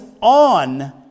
on